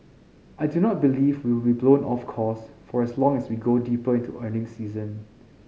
I do not believe will be blown off course for long as we go deeper into earnings season